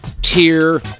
tier